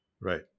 Right